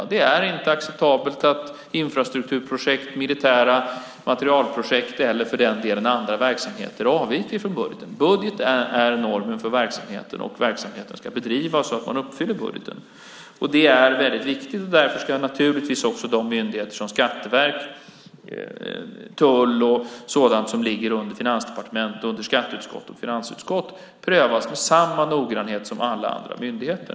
Det är inte acceptabelt att infrastrukturprojekt, militära materielprojekt eller andra verksamheter avviker från budgeten. Budgeten är normen för verksamheten, och verksamheten ska bedrivas så att man uppfyller budgeten. Det är väldigt viktigt. Därför ska naturligtvis också myndigheter som skatteverk, tull och sådant som ligger under finansdepartement, skatteutskott och finansutskott prövas med samma noggrannhet som alla andra myndigheter.